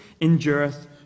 endureth